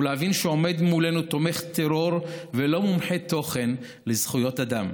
ולהבין שעומד מולנו תומך טרור ולא מומחה תוכן לזכויות אדם.